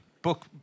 book